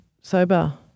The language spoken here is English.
sober